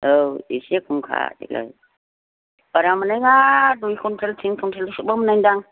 औ एसे खमखा देग्लाय बारा मोननाय नङा दुइ कुविन्टेल तिन कुविन्टेल'सो मोनगोनदां